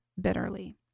bitterly